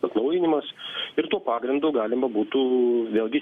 atnaujinimas ir tuo pagrindu galima būtų vėlgi